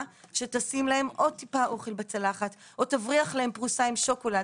שתשים להם עוד טיפה אוכל בצלחת או תבריח להם פרוסה עם שוקולד,